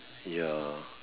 ya